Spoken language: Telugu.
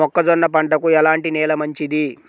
మొక్క జొన్న పంటకు ఎలాంటి నేల మంచిది?